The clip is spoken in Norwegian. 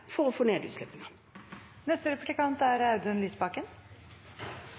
å få ned utslippene. Audun Lysbakken